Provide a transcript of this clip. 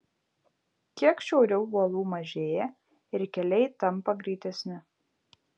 kiek šiauriau uolų mažėja ir keliai tampa greitesni